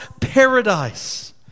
paradise